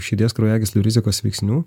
širdies kraujagyslių rizikos veiksnių